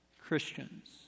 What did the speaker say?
Christians